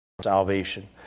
salvation